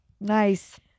Nice